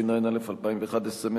התשע"א 2011,